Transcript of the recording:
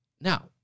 Now